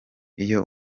iyo